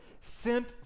Sent